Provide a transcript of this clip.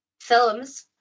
films